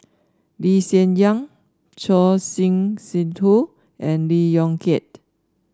Lee Hsien Yang Choor Singh Sidhu and Lee Yong Kiat